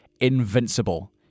invincible